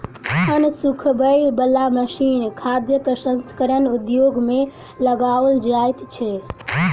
अन्न सुखबय बला मशीन खाद्य प्रसंस्करण उद्योग मे लगाओल जाइत छै